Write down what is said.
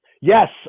Yes